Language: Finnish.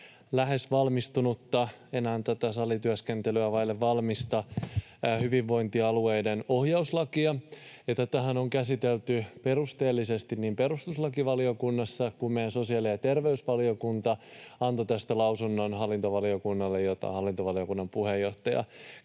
lähes valmistunutta, enää tätä salityöskentelyä vaille valmista hyvinvointialueiden ohjauslakia. Tätähän on käsitelty perusteellisesti niin perustuslakivaliokunnassa kuin meidän sosiaali- ja terveysvaliokunnassa, joka antoi tästä lausunnon hallintovaliokunnalle, ja hallintovaliokunnan puheenjohtaja kävi tätä